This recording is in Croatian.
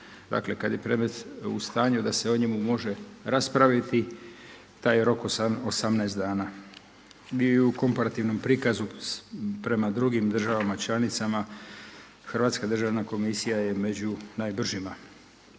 dakle kad je predmet u stanju da se o njemu može raspraviti taj rok 18 dana bi u komparativnom prikazu prema drugim državama članicama Hrvatska državna komisija je među najbržima.